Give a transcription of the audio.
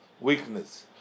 weakness